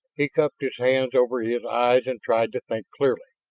he cupped his hands over his eyes and tried to think clearly.